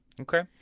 Okay